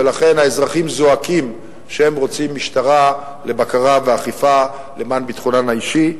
ולכן האזרחים זועקים שהם רוצים משטרה לבקרה ואכיפה למען ביטחונם האישי.